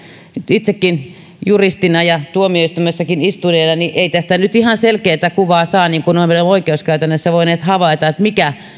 itsekin juristina ja tuomioistuimessakin istuneena tästä nyt ihan selkeätä kuvaa saa niin kuin olemme oikeuskäytännöissä voineet havaita että